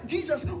Jesus